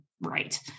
right